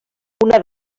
una